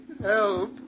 help